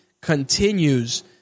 continues